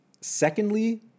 Secondly